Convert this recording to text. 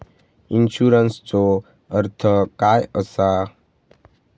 इन्शुरन्सचो अर्थ काय असा?